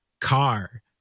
car